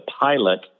pilot